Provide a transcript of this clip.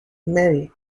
marry